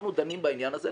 אנחנו דנים בעניין הזה.